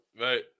Right